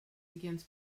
against